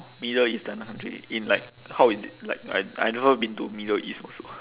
middle eastern county in like how is it like I I never been to middle east also